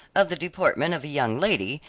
of the deportment of a young lady,